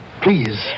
Please